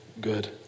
good